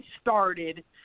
started